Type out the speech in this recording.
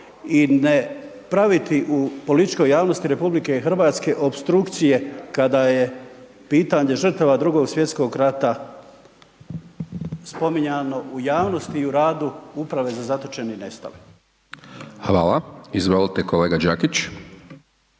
i ne praviti u političkoj javnosti RH opstrukcije kada je pitanje žrtava II. Svj. rata spominjano u javnosti i u radu Uprave za zatočene i nestale. **Hajdaš Dončić,